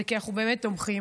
זה כי אנחנו באמת תומכים,